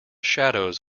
shadows